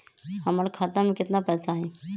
हमर खाता में केतना पैसा हई?